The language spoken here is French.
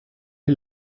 est